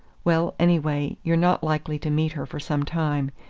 well, anyway, you're not likely to meet her for some time.